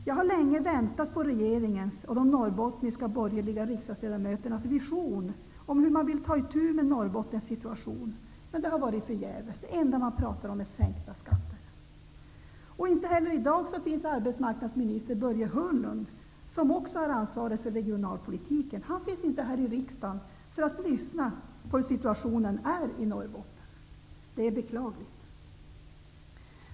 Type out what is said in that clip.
Jag har länge väntat på regeringens och de borgerliga norrbottniska riksdagsledamöternas vision av hur man vill ta itu med Norrbottens situation, men det har varit förgäves. Det enda man pratar om är sänkta skatter! Inte heller i dag finns arbetsmarknadsminister Börje Hörnlund, som också har ansvaret för regionalpolitiken, här i riksdagen för att höra hur situationen är i Norrbotten. Det är beklagligt.